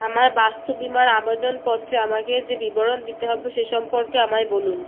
আমার বাস্তু বিমার আবেদনপত্রে আমাকে যে বিবরণ দিতে হবে সে সম্পর্কে আমায় বলুন